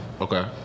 Okay